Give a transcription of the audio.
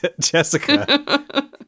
Jessica